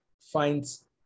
finds